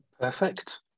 Perfect